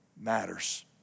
matters